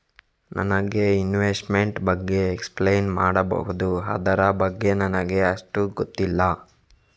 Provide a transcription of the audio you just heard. ನನಗೆ ಇನ್ವೆಸ್ಟ್ಮೆಂಟ್ ಬಗ್ಗೆ ಎಕ್ಸ್ಪ್ಲೈನ್ ಮಾಡಬಹುದು, ಅದರ ಬಗ್ಗೆ ನನಗೆ ಅಷ್ಟು ಗೊತ್ತಿಲ್ಲ?